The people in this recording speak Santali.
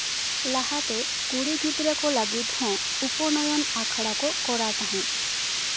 ᱞᱟᱦᱟᱛᱮ ᱠᱩᱲᱤ ᱜᱤᱫᱽᱨᱟᱹ ᱠᱚ ᱞᱟᱹᱜᱤᱫ ᱦᱚᱸ ᱩᱯᱚᱱᱚᱭᱚᱱ ᱟᱠᱷᱲᱟ ᱠᱚ ᱠᱚᱨᱟᱣ ᱛᱟᱦᱮᱸᱫ